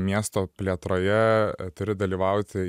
miesto plėtroje turi dalyvauti